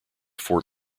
fort